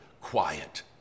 quiet